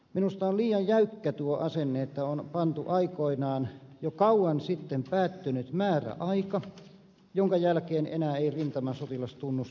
minusta on liian jäykkä tuo asenne että on pantu aikoinaan jo kauan sitten päättynyt määräaika jonka jälkeen enää ei rintamasotilastunnusta anneta